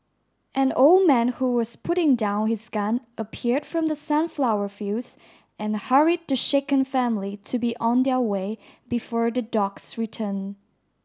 an old man who was putting down his gun appeared from the sunflower fields and hurried the shaken family to be on their way before the dogs return